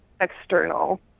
external